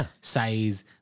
size